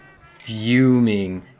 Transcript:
fuming